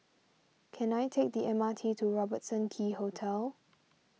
can I take the M R T to Robertson Quay Hotel